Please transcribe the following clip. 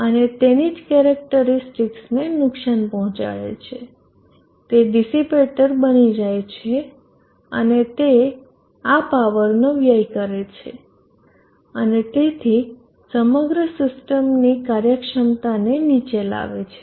તે તેની જ કેરેક્ટરીસ્ટિકસને નુકસાન પહોંચાડે છે તે ડિસીપેટર બની જાય છે અને તે આ પાવરનો વ્યય કરે છે અને તેથી સમગ્ર સિસ્ટમની કાર્યક્ષમતા ને નીચે લાવે છે